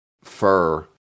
fur